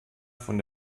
von